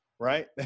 Right